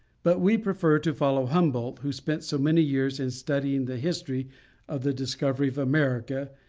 but we prefer to follow humboldt, who spent so many years in studying the history of the discovery of america,